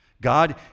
God